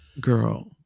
girl